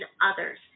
others